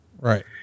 right